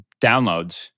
downloads